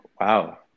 Wow